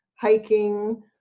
hiking